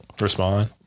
respond